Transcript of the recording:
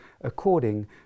according